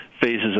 phases